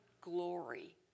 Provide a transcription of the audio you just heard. glory